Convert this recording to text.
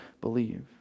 believe